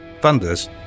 funders